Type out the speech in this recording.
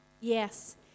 Yes